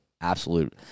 absolute –